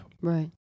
Right